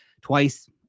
twice